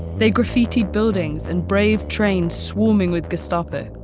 they graffitied buildings and braved trains swarming with gestapo.